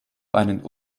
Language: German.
einen